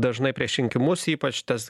dažnai prieš rinkimus ypač tas